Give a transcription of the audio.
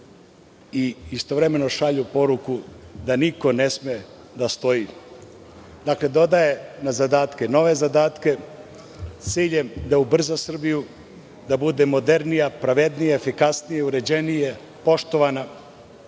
i istovremeno šalju poruku, da niko ne sme da stoji. Dakle, dodaje na zadatke nove zadatke, s ciljem da ubrza Srbiju, da bude modernija, pravednija, efikasnija, uređenija, poštovana.